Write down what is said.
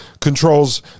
controls